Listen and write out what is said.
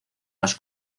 las